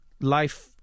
life